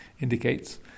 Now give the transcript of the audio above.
indicates